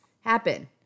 happen